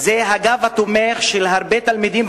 זה הגב התומך של הרבה תלמידים,